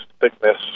thickness